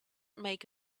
make